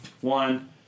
one